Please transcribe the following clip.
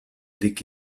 dic